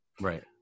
right